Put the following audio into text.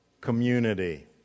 community